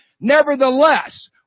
Nevertheless